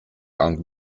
aunc